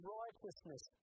righteousness